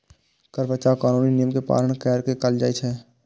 कर बचाव कानूनी नियम के पालन कैर के कैल जाइ छै